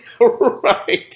Right